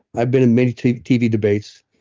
i've been in many tv tv debates,